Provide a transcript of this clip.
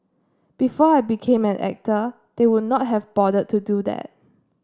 before I became an actor they would not have bothered to do that